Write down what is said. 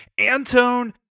antone